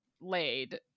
laid